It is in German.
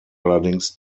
allerdings